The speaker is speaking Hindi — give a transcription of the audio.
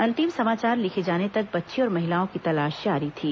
अंतिम समाचार लिखे जाने तक बच्ची और महिलाओं की तलाश जारी थी